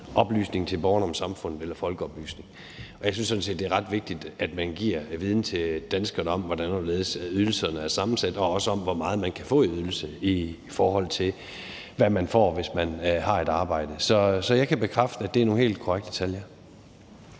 oplysning til borgerne om samfundet eller folkeoplysning. Jeg synes sådan set, det er ret vigtigt, at man giver viden til danskerne om, hvordan og hvorledes ydelserne er sammensat, og også om, hvor meget man kan få i ydelse, i forhold til hvad man får, hvis man har et arbejde. Så jeg kan bekræfte, at det er nogle helt korrekte tal,